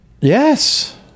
Yes